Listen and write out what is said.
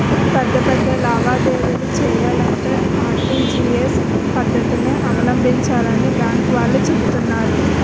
పెద్ద పెద్ద లావాదేవీలు చెయ్యాలంటే ఆర్.టి.జి.ఎస్ పద్దతినే అవలంబించాలని బాంకు వాళ్ళు చెబుతున్నారు